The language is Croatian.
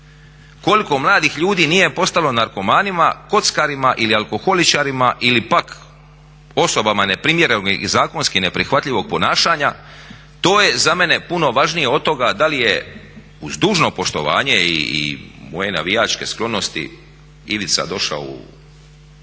koliko mladih ljudi nije postalo narkomanima, kockarima ili alkoholičarima ili pak osobama neprimjerenog i zakonski neprihvatljivog ponašanja. To je za mene puno važnije od toga da li je, uz dužno poštovanje i moje navijačke sklonosti, Ivica došao u